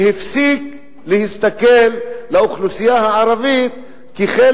והפסיק להסתכל על האוכלוסייה הערבית כעל